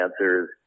answers